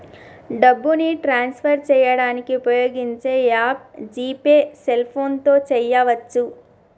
డబ్బుని ట్రాన్స్ఫర్ చేయడానికి ఉపయోగించే యాప్ జీ పే సెల్ఫోన్తో చేయవచ్చు